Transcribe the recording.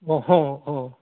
অঁ অঁ